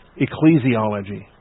ecclesiology